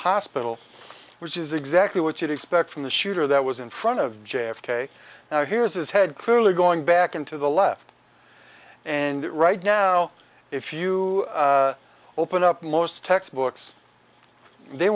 hospital which is exactly what you'd expect from the shooter that was in front of j f k now here's his head clearly going back into the left and that right now if you open up most textbooks they